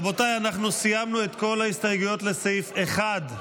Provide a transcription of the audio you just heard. רבותיי, אנחנו סיימנו את כל ההסתייגויות לסעיף 1,